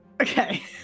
Okay